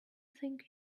think